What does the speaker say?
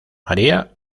maría